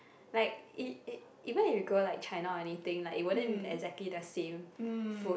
like it it even you go like China or anything like you wouldn't eat exactly the same food